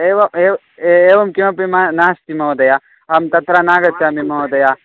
एव एव् एवं किमपि मा नास्ति महोदया अहं तत्र न गच्छामि महोदया